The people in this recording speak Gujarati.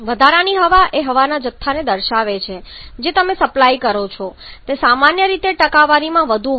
વધારાની હવા એ હવાના જથ્થાને દર્શાવે છે જે તમે સપ્લાય કરો છો તે સામાન્ય રીતે ટકાવારીમાં વધુ હોય છે